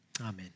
Amen